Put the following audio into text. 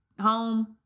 home